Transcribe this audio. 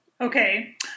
Okay